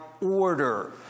order